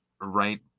right